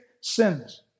sins